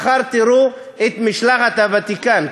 מחר תראו את משלחת הוותיקן,